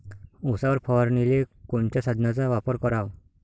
उसावर फवारनीले कोनच्या साधनाचा वापर कराव?